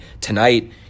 tonight